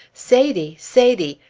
sady! sady!